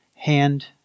hand